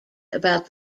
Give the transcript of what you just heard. about